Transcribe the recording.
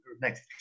next